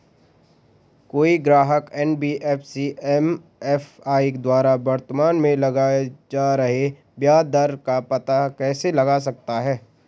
कोई ग्राहक NBFC MFI द्वारा वर्तमान में लगाए जा रहे ब्याज दर का पता कैसे लगा सकता है?